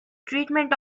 treatment